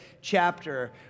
chapter